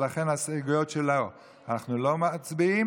ולכן על ההסתייגויות שלו אנחנו לא מצביעים.